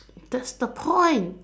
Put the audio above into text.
that's the point